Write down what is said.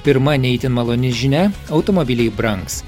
pirma ne itin maloni žinia automobiliai brangs